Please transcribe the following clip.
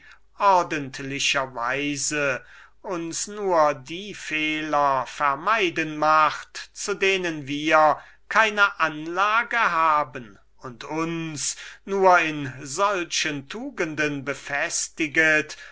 ordentlicher weise uns nur die fehler vermeiden macht zu denen wir keine anlage haben und uns nur in solchen tugenden befestiget